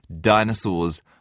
dinosaurs